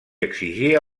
exigia